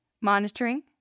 monitoring